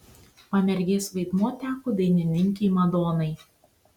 pamergės vaidmuo teko dainininkei madonai